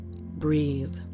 Breathe